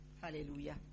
Hallelujah